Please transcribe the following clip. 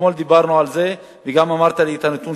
אתמול דיברנו על זה, וגם אמרת לי את הנתון: